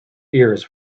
ears